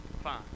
fine